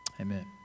Amen